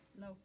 No